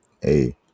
Hey